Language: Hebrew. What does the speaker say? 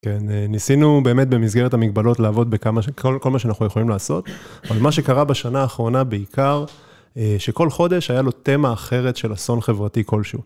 כן, ניסינו באמת במסגרת המגבלות לעבוד בכל מה שאנחנו יכולים לעשות, אבל מה שקרה בשנה האחרונה בעיקר, שכל חודש היה לו תמה אחרת של אסון חברתי כלשהו.